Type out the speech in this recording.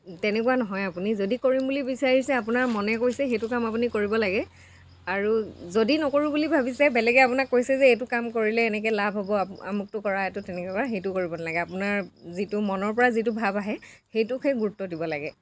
তেনেকুৱা নহয় আপুনি যদি কৰিম বুলি বিচাৰিছে আপোনাৰ মনে কৈছে সেইটো কাম আপুনি কৰিব লাগে আৰু যদি নকৰোঁ বুলি ভাবিছে বেলেগে আপোনাক কৈছে যে এইটো কাম কৰিলে এনেকৈ লাভ হ'ব আমুকটো কৰা এইটো তেনেকৈ কৰা সেইটো কৰিব নালাগে আপোনাৰ যিটো মনৰ পৰা যিটো ভাৱ আহে সেইটোক হে গুৰুত্ব দিব লাগে